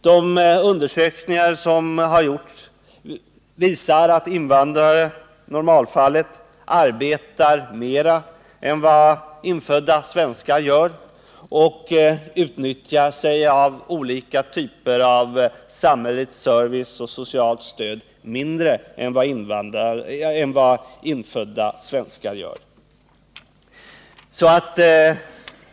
De undersökningar som har gjorts visar att invandrare i normalfallet arbetar mer och utnyttjar olika typer av samhällelig service och socialt stöd mindre än vad infödda svenskar gör.